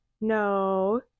No